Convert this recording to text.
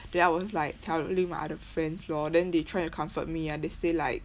then I was like telling my other friends lor then they tried to comfort me ah they say like